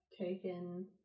taken